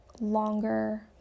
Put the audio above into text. longer